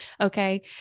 Okay